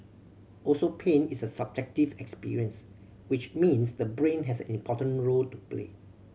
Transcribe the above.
also pain is a subjective experience which means the brain has an important role to play